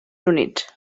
units